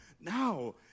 now